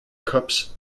cups